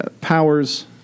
powers